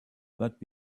but